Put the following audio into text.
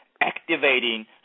activating